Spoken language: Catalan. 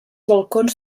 balcons